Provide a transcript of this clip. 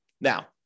Now